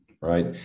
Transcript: right